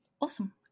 awesome